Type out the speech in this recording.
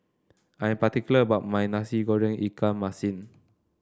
I'm particular about my Nasi Goreng Ikan Masin